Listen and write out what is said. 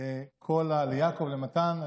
ליעקב, למתן.